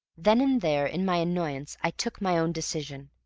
then and there, in my annoyance, i took my own decision.